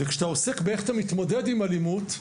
וכשאתה עוסק באיך אתה מתמודד עם אלימות,